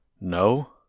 No